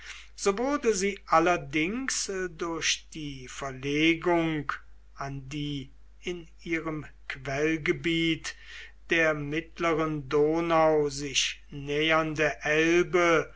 so wurde sie allerdings durch die verlegung an die in ihrem quellgebiet der mittleren donau sich nähernde elbe